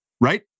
right